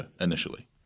initially